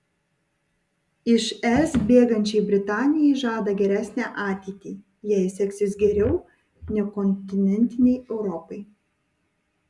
iš es bėgančiai britanijai žada geresnę ateitį jai seksis geriau nei kontinentinei europai